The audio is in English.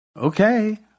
Okay